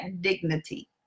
dignity